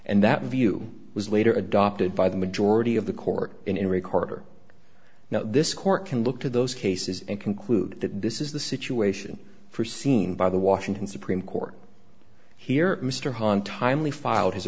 and that view was later adopted by the majority of the court in recorder now this court can look to those cases and conclude that this is the situation for seen by the washington supreme court here mr hahn timely filed his